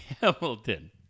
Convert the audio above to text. Hamilton